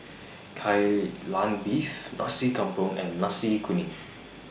Kai Lan Beef Nasi Campur and Nasi Kuning